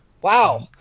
Wow